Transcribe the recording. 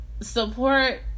support